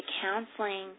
counseling